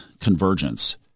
Convergence